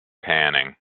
panning